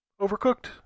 Overcooked